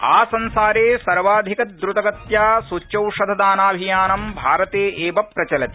आसंसारे सर्वाधिक द्रतगत्या सुच्यौषधदानाभियानम् भारते एव प्रचलति